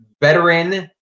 veteran